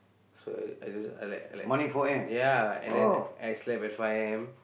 so I I just I like I like ya and then I slept at five A_M